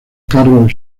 carroll